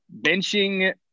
Benching